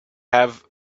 have